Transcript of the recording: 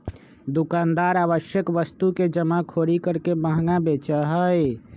दुकानदार आवश्यक वस्तु के जमाखोरी करके महंगा बेचा हई